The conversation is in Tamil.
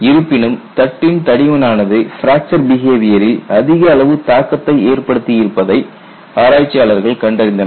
இருப்பினும் தட்டின் தடிமன் ஆனது பிராக்சர் பிஹேவியரில் அதிக அளவு தாக்கத்தை ஏற்படுத்தியிருப்பதை ஆராய்ச்சியாளர்கள் கண்டறிந்தனர்